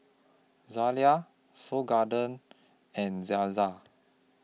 Zalia Seoul Garden and Zaza